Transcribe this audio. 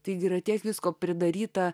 taigi yra tiek visko pridaryta